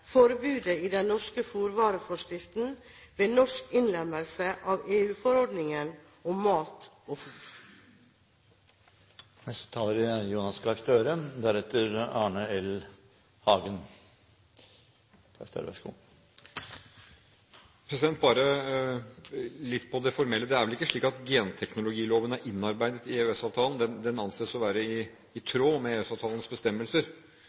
forbudet i den norske fôrvareforskriften ved norsk innlemmelse av EU-forordningen om mat og fôr? Bare litt på det formelle: Det er vel ikke slik at genteknologiloven er innarbeidet i EØS-avtalen, den anses å være i tråd med EØS-avtalens bestemmelser. Men det er nå en detalj fordi det forutsetter vi at norsk lovverk er, i